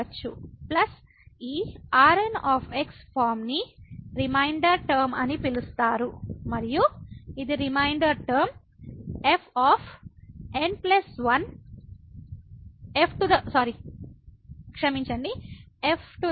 plus ఈ Rn form నీ remainder term అని పిలుస్తారు మరియు ఇది remainder term f n 1ξn 1